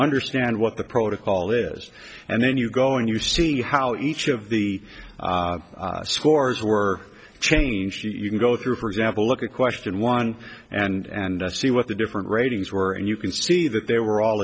understand what the protocol is and then you go and you see how each of the scores were changed you can go through for example look at question one and see what the different ratings were and you can see that they were all